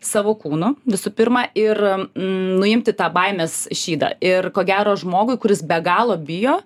savo kūnu visų pirma ir nuimti tą baimės šydą ir ko gero žmogui kuris be galo bijo